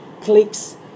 clicks